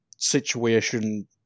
situation